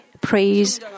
praise